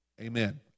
Amen